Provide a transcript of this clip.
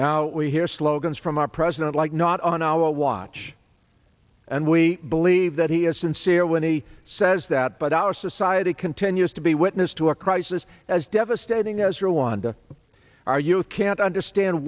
now we hear slogans from our president like not on our watch and we believe that he is sincere when he says that but our society continues to be witness to a crisis as devastating as rwanda are you can't understand